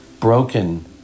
broken